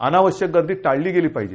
अनावश्यक गर्दी टाळली गेली पाहिजे